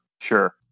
Sure